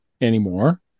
anymore